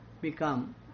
become